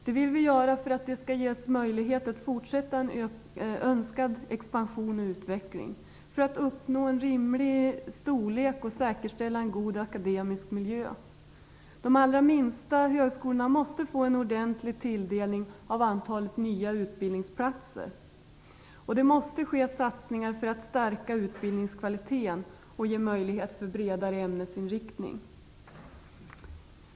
Det vill vi göra för att de skall ges möjlighet att fortsätta en önskad expansion och utveckling, för att uppnå en rimlig storlek och säkerställa en god akademisk miljö. De allra minsta högskolorna måste få en ordentlig tilldelning av nya utbildningsplatser. Det måste ske satsningar för att stärka utbildningskvaliteten och ge möjlighet för bredare ämnesinriktning.